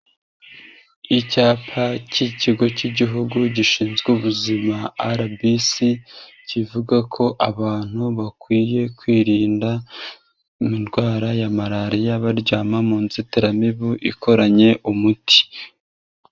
Icyapa cy'ikigo cy'igihugu gishinzwe ubuzima RC, kivuga ko abantu bakwiye kwirinda indwara ya malariya, baryama mu nzitiramibu, ikoranye umuti.